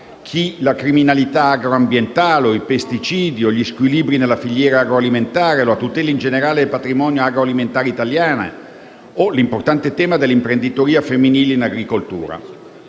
chi la criminalità agroambientale, chi i pesticidi, chi gli squilibri nella filiera agroalimentare, chi la tutela in generale del patrimonio agroalimentare italiano o l’importante tema dell’imprenditoria femminile in